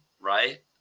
right